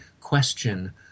question